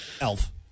Elf